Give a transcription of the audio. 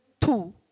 Two